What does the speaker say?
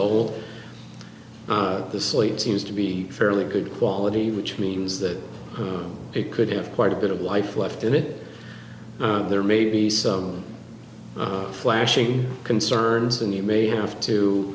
old the slate seems to be fairly good quality which means that it could have quite a bit of life left in it there may be some flashing concerns and you may have to